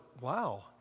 wow